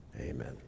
Amen